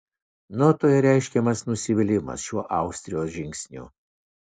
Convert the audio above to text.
notoje reiškiamas nusivylimas šiuo austrijos žingsniu